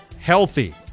Healthy